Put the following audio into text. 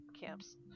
camps